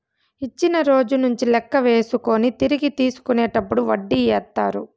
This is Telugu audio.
ఇచ్చిన రోజు నుంచి లెక్క వేసుకొని తిరిగి తీసుకునేటప్పుడు వడ్డీ ఏత్తారు